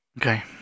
okay